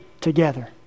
together